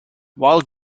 while